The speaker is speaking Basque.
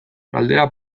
galdera